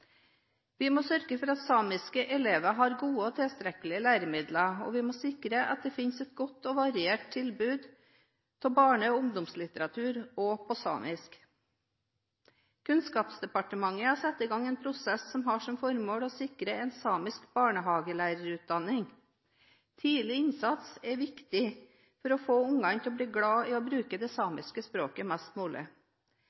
Vi må sørge for at samiske elever har gode og tilstrekkelige læremidler, og vi må sikre at det finnes et godt og variert tilbud av barne- og ungdomslitteratur også på samisk. Kunnskapsdepartementet har satt i gang en prosess som har som formål å sikre en samisk barnehagelærerutdanning. Tidlig innsats er viktig for å få ungene til å bli glad i å bruke det